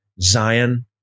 zion